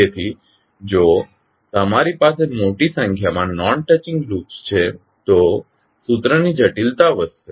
તેથી જો તમારી પાસે મોટી સંખ્યામાં નોન ટચિંગ લૂપ્સ છે તો સૂત્રની જટિલતા વધશે